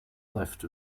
left